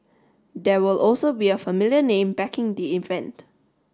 there will also be a familiar name backing the event